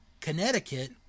Connecticut